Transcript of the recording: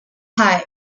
parts